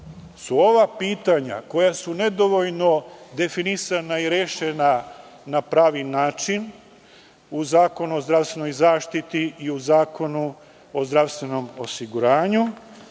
je možda pitanja, koja su nedovoljno definisana i rešena na pravi način u Zakonu o zdravstvenoj zaštiti i u Zakonu o zdravstvenom osiguranju,